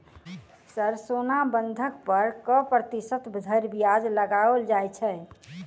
Sir सोना बंधक पर कऽ प्रतिशत धरि ब्याज लगाओल छैय?